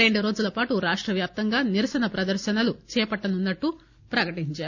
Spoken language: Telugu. రెండురోజుల పాటు రాష్టవ్యాప్తంగా నిరసన ప్రదర్శనలు చేపట్టనున్నట్టు ప్రకటించారు